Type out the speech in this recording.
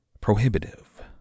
prohibitive